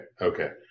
okay